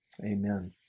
amen